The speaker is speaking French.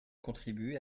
contribuer